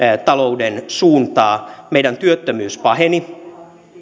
talouden suuntaa meidän työttömyys paheni